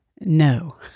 no